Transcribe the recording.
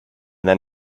then